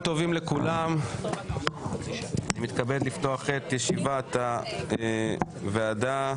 אני מתכבד לפתוח את ישיבת הוועדה.